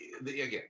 again